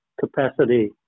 Capacity